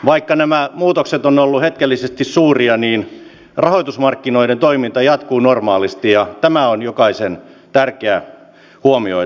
vaikka nämä muutokset ovat olleet hetkellisesti suuria niin rahoitusmarkkinoiden toiminta jatkuu normaalisti ja tämä on jokaisen tärkeä huomioida